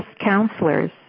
counselors